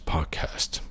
Podcast